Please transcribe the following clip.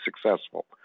successful